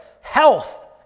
health